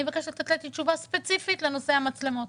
אני מבקשת לתת לי תשובה ספציפית לנושא המצלמות.